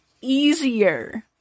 easier